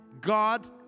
God